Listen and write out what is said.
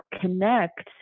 connect